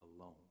alone